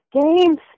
games